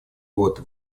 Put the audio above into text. год